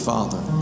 Father